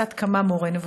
כעצת כמה מורי נבוכים.